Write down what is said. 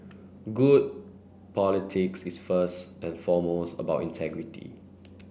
good politics is first and foremost about integrity